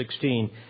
16